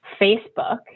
Facebook